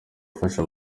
ufasha